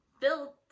Built